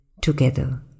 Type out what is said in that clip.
together